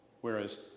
Whereas